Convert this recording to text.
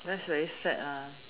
that's very sad lah